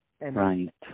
Right